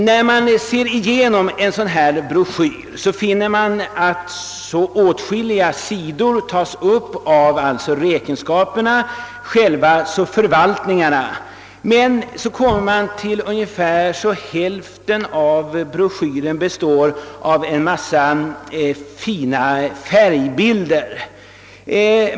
När man går igenom en sådan här broschyr, finner man att åtskilliga sidor tas upp av räkenskaper, alltså själva förvaltningarna, men ungefär hälften av broschyren består av en mångfald fina färgbilder.